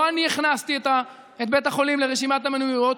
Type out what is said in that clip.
לא אני הכנסתי את בית החולים לרשימת המניעויות,